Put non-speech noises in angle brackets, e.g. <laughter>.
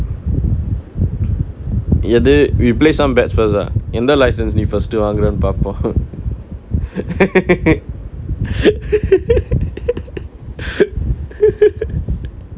எது:ethu we play some bets first ah எந்த:entha license நீ:nee first வாங்குற பாப்போம்:vaangura paappom <laughs>